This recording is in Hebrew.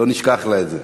לא נשכח לה את זה.